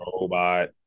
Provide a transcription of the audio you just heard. robot